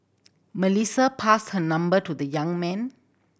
Melissa passed her number to the young man